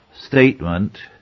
statement